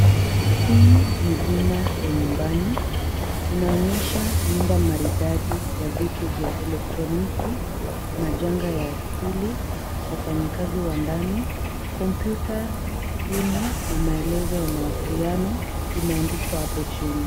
Hii ni bima ya nyumbani. Inaonyesha nyumba maridadi ya vitu vya elektroniki majanga ya asili, wafanyikazi wa ndani, kompyuta, simu na maelezo ya mawasiliano imeandikwa hapo chini.